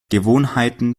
gewohnheiten